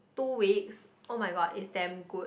two weeks oh-my-god is damn good